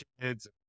kids